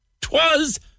Twas